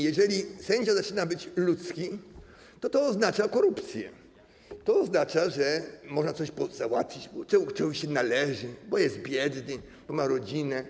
Jeżeli sędzia zaczyna być ludzki, to oznacza to korupcję, to oznacza, że można coś załatwić, bo człowiekowi się należy, bo jest biedny, bo ma rodzinę.